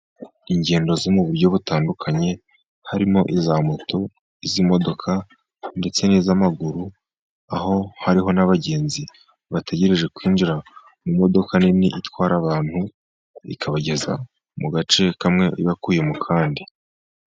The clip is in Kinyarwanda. Ingendo zo mu buryo butandukanye, harimo iza moto, iz'imodoka ndetse n'iz'amaguru, aho hariho n'abagenzi bategereje kwinjira mu modoka nini itwara abantu, ikabageza mu gace kamwe ibakuye mu kandi.